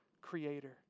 creator